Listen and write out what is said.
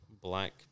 Black